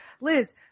Liz